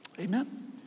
Amen